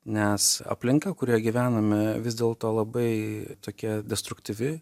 nes aplinka kurioj gyvename vis dėl to labai tokia destruktyvi